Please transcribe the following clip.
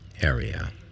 area